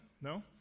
No